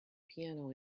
piano